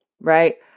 right